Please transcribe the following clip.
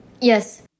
Yes